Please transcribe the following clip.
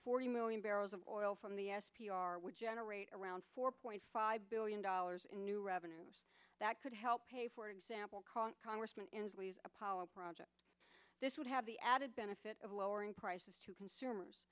forty million barrels of oil from the s p r would generate around four point five billion dollars in new revenue that could help pay for example congressman apollo project this would have the added benefit of lowering prices to consumers